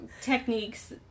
techniques